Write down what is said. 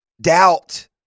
doubt